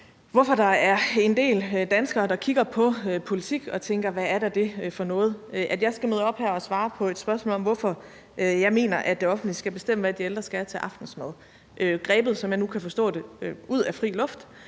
hvorfor der er en del danskere, der kigger på politik og tænker: Hvad er da det for noget? Det er, i forhold til at jeg skal møde op her og svare på et spørgsmål om, hvorfor jeg mener, at det offentlige skal bestemme, hvad de ældre skal have til aftensmad. Det er, som jeg nu kan forstå, grebet ud af den blå